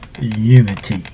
unity